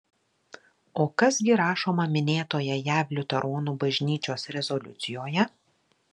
o kas gi rašoma minėtoje jav liuteronų bažnyčios rezoliucijoje